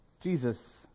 jesus